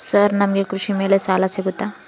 Sir ನಮಗೆ ಕೃಷಿ ಮೇಲೆ ಸಾಲ ಸಿಗುತ್ತಾ?